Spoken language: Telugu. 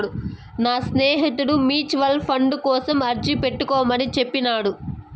నా స్నేహితుడు మ్యూచువల్ ఫండ్ కోసం అర్జీ పెట్టుకోమని చెప్పినాడు